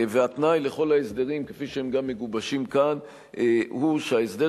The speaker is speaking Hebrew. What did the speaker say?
התנאי לכל ההסדרים כפי שהם גם מגובשים כאן הוא שההסדר